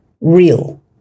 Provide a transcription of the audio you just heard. real